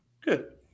Good